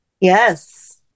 Yes